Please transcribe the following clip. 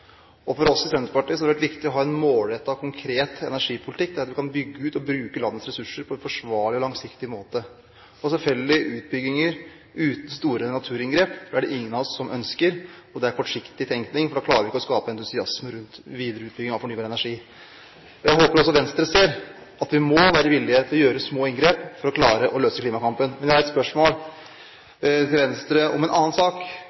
sikt. For oss i Senterpartiet har det vært viktig å ha en målrettet, konkret energipolitikk der man kan bygge ut og bruke landets ressurser på en forsvarlig og langsiktig måte. Tilfeldige utbygginger med store naturinngrep er det ingen av oss som ønsker. Det er kortsiktig tenkning, for da klarer vi ikke å skape entusiasme rundt videre utbygging av fornybar energi. Jeg håper også Venstre ser at vi må være villige til å gjøre små inngrep for å klare å løse klimakampen. Men jeg har et spørsmål til Venstre om en annen sak,